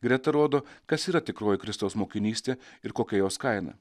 greta rodo kas yra tikroji kristaus mokinystė ir kokia jos kaina